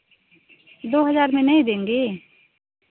दो हज़ार में नहीं देंगे